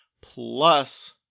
plus